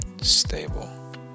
stable